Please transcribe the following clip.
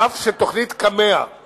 אף שתוכנית קמ"ע היא